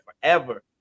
forever